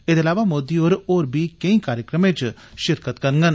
एहदे इलावा मोदी होर होर बी केई कार्यक्रमें च शिरकत करगंन